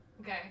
Okay